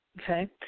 Okay